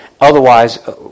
otherwise